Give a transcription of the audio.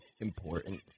important